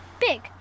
Big